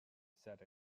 said